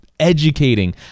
Educating